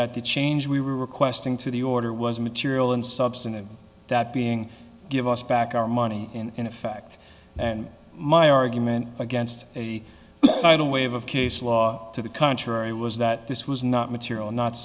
that the change we were requesting to the order was material and substantive that being give us back our money in effect and my argument against a tidal wave of case law to the contrary was that this was not material not